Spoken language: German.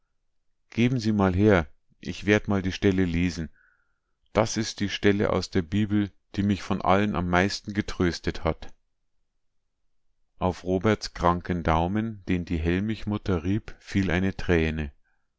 geben sie mal her ich werd mal die stelle lesen das is die stelle aus der bibel die mich von allen am meisten getröstet hat auf roberts kranken daumen den die hellmichmutter rieb fiel eine träne